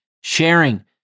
sharing